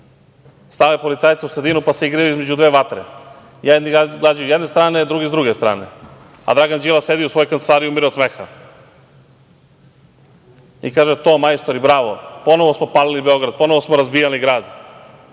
Stave policajce u sredinu, pa se igraju između dve vatre. Jedni gađaju sa jedne strane, a drugi sa druge strane, a Dragan Đilas sedi u svojoj kancelariji i umire od smeha i kaže – to, majstori, bravo, ponovo smo palili Beograd, ponovo smo razbijali grad